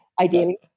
ideally